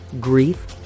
grief